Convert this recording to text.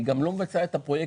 היא גם לא מבצעת את הפרויקטים.